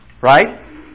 right